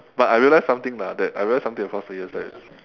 but I realized something lah that I realize something across the years that